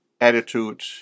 attitude